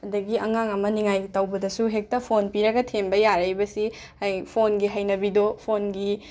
ꯑꯗꯒꯤ ꯑꯉꯥꯡ ꯑꯃ ꯅꯤꯡꯉꯥꯏ ꯇꯧꯕꯗꯁꯨ ꯍꯦꯛꯇ ꯐꯣꯟ ꯄꯤꯔꯒ ꯊꯦꯝꯕ ꯌꯥꯔꯛꯏꯕꯁꯤ ꯍꯌꯦ ꯐꯣꯟꯒꯤ ꯍꯩꯅꯕꯤꯗꯣ ꯐꯣꯟꯒꯤ